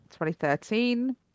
2013